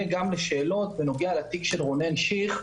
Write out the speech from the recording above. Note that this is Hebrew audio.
אענה גם לשאלות בנוגע לתיק של רונן שיך,